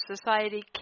society